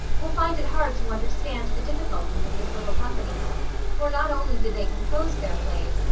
will find it hard to understand the difficulties of this little company for not only did they compose their plays,